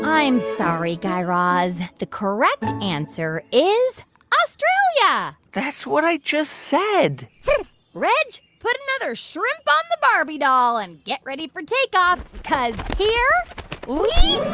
i'm sorry, guy raz. the correct answer is australia yeah that's what i just said reg, put another shrimp on the barbie doll, and get ready for takeoff because here we